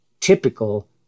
typical